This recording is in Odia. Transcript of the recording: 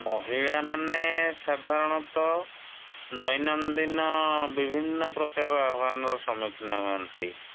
ମହିଳାମାନେ ସାଧାରଣତଃ ଦୈନନ୍ଦିନ ବିଭିନ୍ନ ପ୍ରକାର ଆହ୍ୱାନର ସମ୍ମୁଖୀନ ହୁଅନ୍ତି